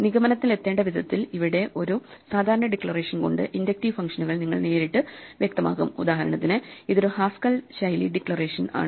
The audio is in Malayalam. നിഗമനത്തിലെത്തേണ്ട വിധത്തിൽ ഇവിടെ ഒരു സാധാരണ ഡിക്ലറേഷൻ കൊണ്ട് ഇൻഡക്റ്റീവ് ഫംഗ്ഷനുകൾ നിങ്ങൾ നേരിട്ട് വ്യക്തമാക്കും ഉദാഹരണത്തിന് ഇതൊരു ഹാസ്കൽ ശൈലി ഡിക്ലറേഷൻ ആണ്